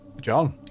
John